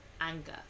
Anger